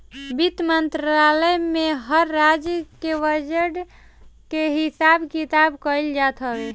वित्त मंत्रालय में हर राज्य के बजट के हिसाब किताब कइल जात हवे